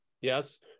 Yes